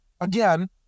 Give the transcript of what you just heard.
again